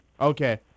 Okay